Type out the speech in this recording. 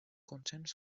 consens